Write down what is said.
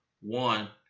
One